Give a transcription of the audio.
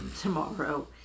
tomorrow